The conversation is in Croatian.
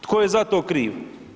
Tko je za to kriv?